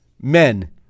Men